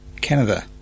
Canada